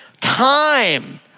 Time